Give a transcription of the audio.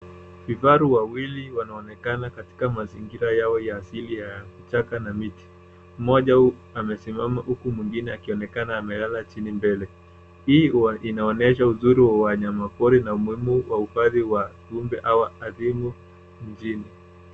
Vifaru wawili wanaonekna katika mazingira yao ya asili ya kichaka na miti. Mmoja amesimama huku mwingine akionekana amelala chini mbele. Hii hua inaonyesha uzuri wa wanyama pori na umuhimu wa uhifadhi wa viumbe hawa ardhini mjini.